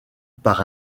par